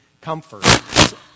comfort